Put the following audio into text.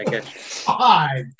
Five